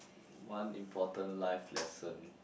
one important life lesson